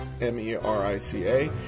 M-E-R-I-C-A